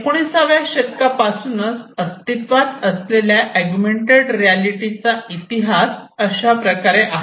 एकोणिसाव्या शतकापासून अस्तित्वात असलेल्या अगुमेन्टेड रियालिटीचा इतिहास अशाप्रकारे आहे